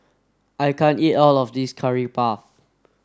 I can't eat all of this curry puff